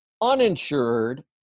uninsured